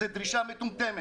זאת דרישה מטומטמת.